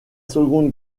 seconde